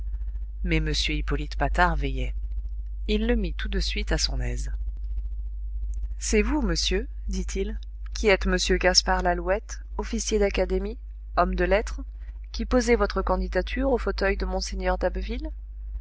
mais m hippolyte patard veillait il le mit tout de suite à son aise c'est vous monsieur dit-il qui êtes m gaspard lalouette officier d'académie homme de lettres qui posez votre candidature au fauteuil de mgr d'abbeville